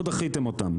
או דחיתם אותם.